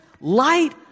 light